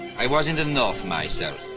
i was in the north myself.